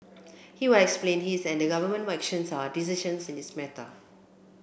he will explain his and the government actions and decisions in this matter